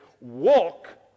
Walk